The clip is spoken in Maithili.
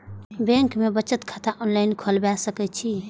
बैंक में बचत खाता ऑनलाईन खोलबाए सके छी?